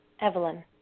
Evelyn